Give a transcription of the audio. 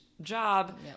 job